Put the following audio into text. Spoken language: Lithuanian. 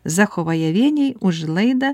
zachovajevienei už laidą